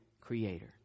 creator